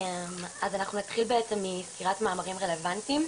אז אנחנו נתחיל בעצם מסקירת מאמרים רלוונטיים,